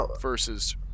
versus